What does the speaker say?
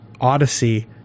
Odyssey